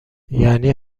یعنی